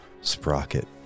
sprocket